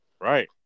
Right